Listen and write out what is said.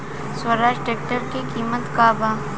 Swaraj tractor के किमत का बा?